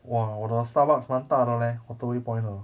!wah! 我的 Starbucks 蛮大的 leh waterway point 的